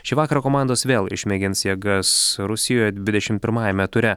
šį vakarą komandos vėl išmėgins jėgas rusijoje dvidešimt pirmajame ture